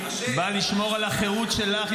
בא לשמור על החירות שלך,